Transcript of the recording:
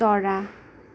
चरा